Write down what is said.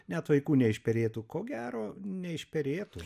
net vaikų neišperėtų ko gero neišperėtų